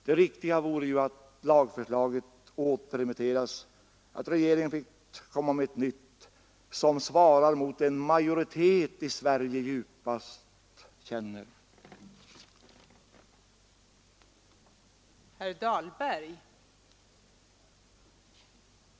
Det riktiga vore att lagförslaget återremitterades, att regeringen fick komma med ett nytt förslag som svarar mot vad en majoritet i Sverige djupast känner.